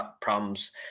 problems